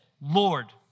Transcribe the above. Lord